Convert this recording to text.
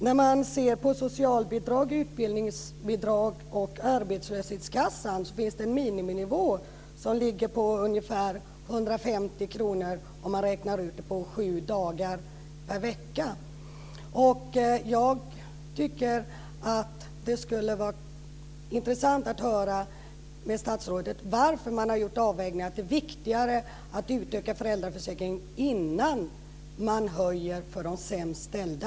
När man ser på socialbidrag, utbildningsbidrag och arbetslöshetskassa så finns det en miniminivå som ligger på ungefär 150 kr per dag om man gör en beräkning på sju dagar per vecka. Jag tycker att det skulle vara intressant att få höra från statsrådet varför man har gjort avvägningen att det är viktigare att utöka föräldraförsäkringen innan man höjer för de sämst ställda.